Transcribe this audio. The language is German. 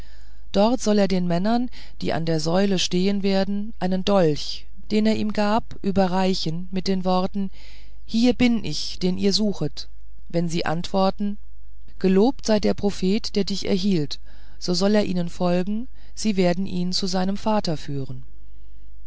dort soll er den männern die an der säule stehen werden einen dolch den er ihm gab überreichen mit den worten hier bin ich den ihr suchet wenn sie antworten gelobt sei der prophet der dich erhielt so solle er ihnen folgen sie werden ihn zu seinem vater führen